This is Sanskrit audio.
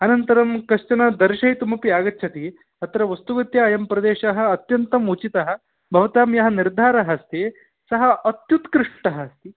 अनन्तरं कश्चन दर्शयितुमपि आगच्छति अत्र वस्तुगत्या अयं प्रदेशः अत्यन्तम् उचितः भवतां यः निर्धारः अस्ति सः अत्युत्कृष्टः अस्ति